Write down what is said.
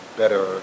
better